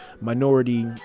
minority